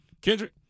Kendrick